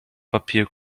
papier